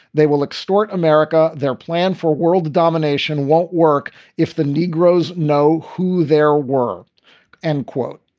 they will extort america. their plan for world domination won't work if the negroes know who their word and, quote,